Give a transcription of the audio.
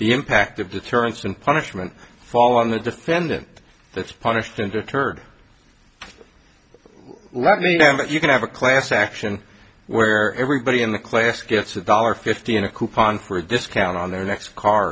the impact of deterrence and punishment fall on the defendant that's punished in deterred let me know but you can have a class action where everybody in the class gets a dollar fifty in a coupon for a discount on their next